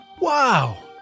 Wow